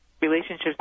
relationships